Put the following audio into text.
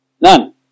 None